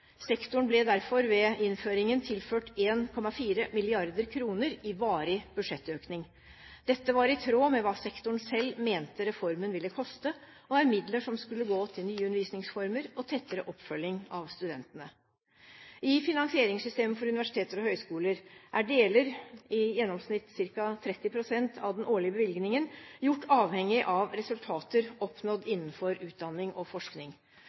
Sektoren ble derfor ved innføringen tilført 1,4 mrd. kr i varig budsjettøkning. Dette var i tråd med hva sektoren selv mente reformen ville koste, og er midler som skulle gå til nye undervisningsformer og tettere oppfølging av studentene. I finansieringssystemet for universiteter og høyskoler er deler, i gjennomsnitt ca. 30 pst., av den årlige bevilgningen gjort avhengig av resultater oppnådd innenfor utdanning og forskning.